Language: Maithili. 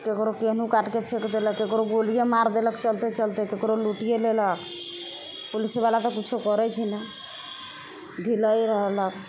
ककरो केनहु काटके फेक देलक ककरो गोलिये मारि देलक चलते चलते ककरो लूटिये लेलक पुलिसवला तऽ किछु करै छै नहि ढिलै रहलक